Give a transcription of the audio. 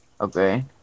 Okay